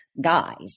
guys